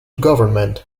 government